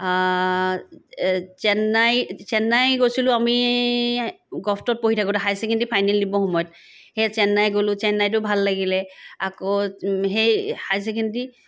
চেন্নাই চেন্নাই গৈছিলো আমি গভটত পঢ়ি থাকোতে হাই ছেকেণ্ডেৰী ফাইনেল দিব সময়ত সেই চেন্নাই গ'লো চেন্নাইতো ভাল লাগিলে আকৌ সেই হাই ছেকেণ্ডেৰী